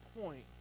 point